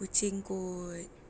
kucing kot